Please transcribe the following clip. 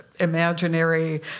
imaginary